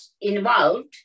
involved